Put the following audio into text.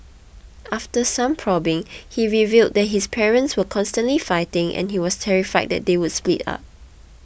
after some probing he revealed that his parents were constantly fighting and he was terrified that they would split up